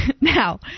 Now